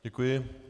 Děkuji.